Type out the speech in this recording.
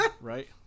Right